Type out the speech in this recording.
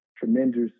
Tremendous